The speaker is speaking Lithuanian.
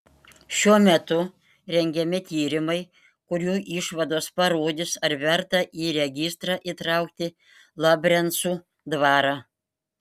šiuo metu rengiami tyrimai kurių išvados parodys ar verta į registrą įtraukti labrencų dvarą